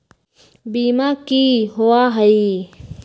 बीमा की होअ हई?